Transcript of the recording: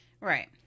Right